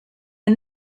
and